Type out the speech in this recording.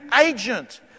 agent